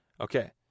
okay